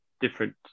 different